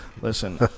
Listen